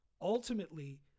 ultimately